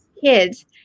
Kids